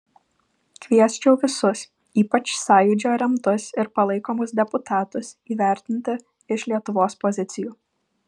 kviesčiau visus ypač sąjūdžio remtus ir palaikomus deputatus įvertinti iš lietuvos pozicijų